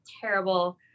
terrible